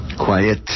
Quiet